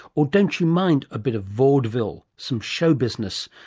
or don't you mind a bit of vaudeville, some show business,